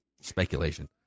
speculation